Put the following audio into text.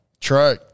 True